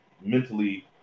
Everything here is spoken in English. mentally